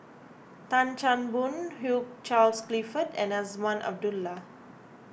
Tan Chan Boon Hugh Charles Clifford and Azman Abdullah